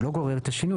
הוא לא גורר את השינוי,